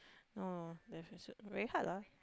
no deficit very hard lah